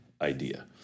idea